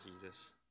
Jesus